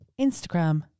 Instagram